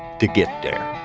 to get there.